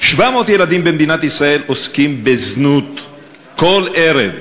700 ילדים במדינת ישראל עוסקים בזנות כל ערב.